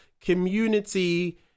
community